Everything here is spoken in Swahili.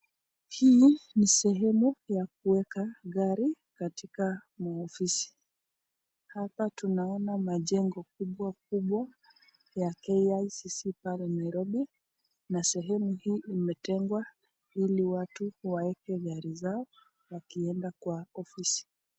Hii ni sehemu ya kueka gari katika maofisi, hapa tunaona majengo kubwa kubwa ya KICC pale Nairobi, Na sehemu hi imetengwa ili watu wake gari zao wakienda kwa ofisi.